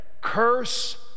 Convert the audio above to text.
Curse